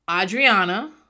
Adriana